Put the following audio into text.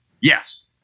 yes